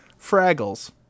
Fraggles